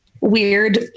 weird